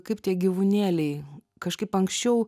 kaip tie gyvūnėliai kažkaip anksčiau